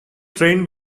trained